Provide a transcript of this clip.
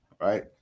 Right